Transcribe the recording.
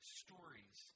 stories